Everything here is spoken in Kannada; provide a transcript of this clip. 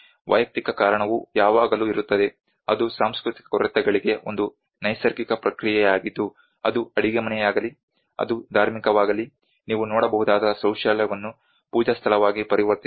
ವೈಯಕ್ತೀಕರಣವು ಯಾವಾಗಲೂ ಇರುತ್ತದೆ ಅದು ಸಾಂಸ್ಕೃತಿಕ ಕೊರತೆಗಳಿಗೆ ಒಂದು ನೈಸರ್ಗಿಕ ಪ್ರತಿಕ್ರಿಯೆಯಾಗಿದ್ದು ಅದು ಅಡಿಗೆಮನೆಯಾಗಲಿ ಅದು ಧಾರ್ಮಿಕವಾಗಲಿ ನೀವು ನೋಡಬಹುದಾದ ಶೌಚಾಲಯವನ್ನು ಪೂಜಾ ಸ್ಥಳವಾಗಿ ಪರಿವರ್ತಿಸಲಾಗಿದೆ